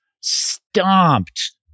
stomped